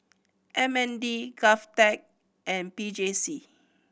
M N D GovTech and P J C